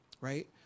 right